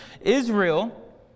Israel